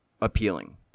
appealing